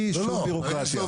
בלי שום בירוקרטיה.